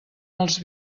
els